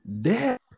death